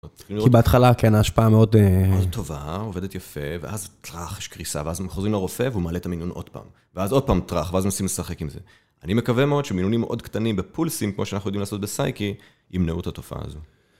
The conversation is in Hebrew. כי בהתחלה, כן, ההשפעה מאוד טובה, עובדת יפה, ואז טראח, יש קריסה, ואז חוזרים לרופא והוא מלא את המינון עוד פעם. ואז עוד פעם טראח, ואז מנסים לשחק עם זה. אני מקווה מאוד שמינונים מאוד קטנים בפולסים, כמו שאנחנו יודעים לעשות בסאיקי, ימנעו את התופעה הזו.